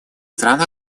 стран